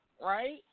right